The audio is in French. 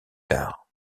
tard